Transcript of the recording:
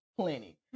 Plenty